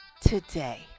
today